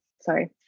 sorry